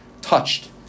touched